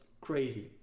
crazy